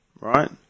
right